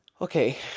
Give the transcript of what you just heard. okay